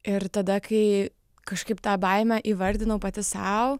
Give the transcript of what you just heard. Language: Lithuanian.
ir tada kai kažkaip tą baimę įvardinau pati sau